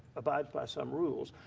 abides by some rules.